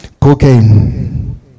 cocaine